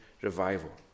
revival